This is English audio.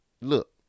look